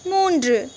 மூன்று